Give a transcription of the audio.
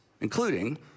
including